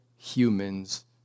human's